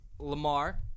Lamar